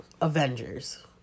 Avengers